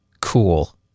cool